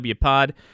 Pod